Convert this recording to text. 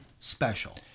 special